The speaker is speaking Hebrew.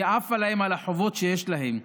היא עפה להם על החובות שיש להם,